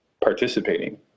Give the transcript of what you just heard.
participating